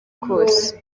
kose